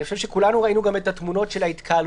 אני חושב שכולנו ראינו את התמונות של ההתקהלויות